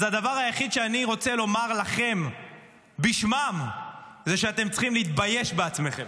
אז הדבר היחיד שאני רוצה לומר לכם בשמם זה שאתם צריכים להתבייש בעצמכם.